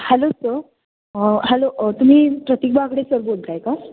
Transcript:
hello sir hello तुम्ही Pratik Bagde sir बोलत आहे का